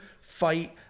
fight